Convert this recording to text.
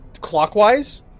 clockwise